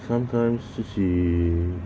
sometimes 自己